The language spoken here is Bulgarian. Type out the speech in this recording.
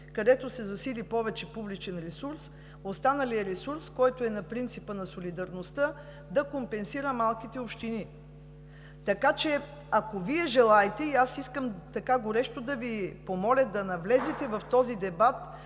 където се засили повече публичен ресурс, останалият ресурс, който е на принципа на солидарността, да компенсира малките общини. Така че, ако Вие желаете, аз искам горещо да Ви помоля да навлезете в този дебат,